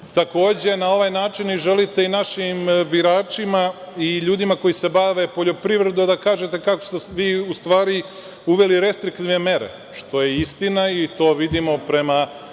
zakonu. Takođe, na ovaj način vi želite i našim biračima i ljudima koji se bave poljoprivredom da kažete kako ste vi u stvari uveli restriktivne mere, što je istina i to vidimo prema